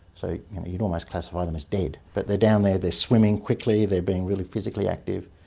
so you'd almost classify them as dead, but they're down there, they're swimming quickly, they're being really physically active.